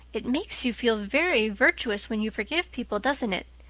it makes you feel very virtuous when you forgive people, doesn't it?